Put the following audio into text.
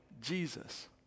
Jesus